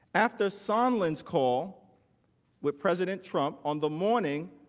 after sondland's call with president trump on the morning